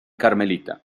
carmelita